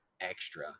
extra